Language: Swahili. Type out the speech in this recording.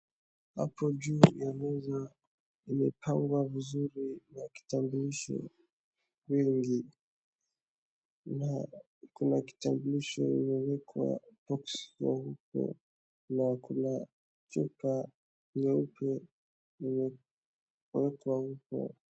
Hapajuu ya meza imepangwa vizuri na kitambulisho mingi na kuna kitambulisho mingi kwa box nyeupe na choka nyeupe imewekwa hapo.